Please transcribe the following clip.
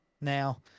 Now